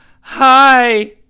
hi